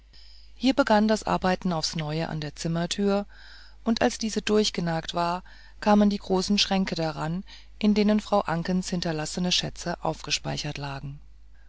hier begann das arbeiten aufs neue an der zimmertür und als diese durchnagt war kamen die großen schränke daran in denen frau ankens hinterlassene schätze aufgespeichert lagen